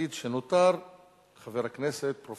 הצעות לסדר-היום מס' 7280, 7308 ו-7323.